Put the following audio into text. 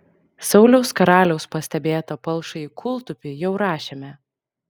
sauliaus karaliaus pastebėtą palšąjį kūltupį jau rašėme